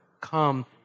come